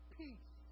peace